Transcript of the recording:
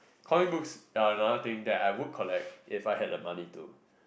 comic books are another thing that I would collect if I have the money to